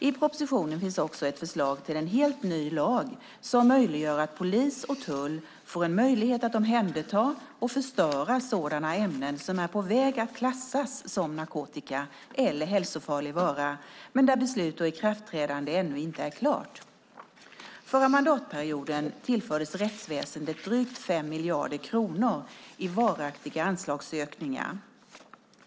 I propositionen finns också ett förslag till en helt ny lag som möjliggör för polis och tull att omhänderta och förstöra sådana ämnen som är på väg att klassas som narkotika eller hälsofarlig vara men där beslut och ikraftträdande ännu inte är klart. Förra mandatperioden tillfördes rättsväsendet drygt 5 miljarder kronor i varaktiga anslagsökningar.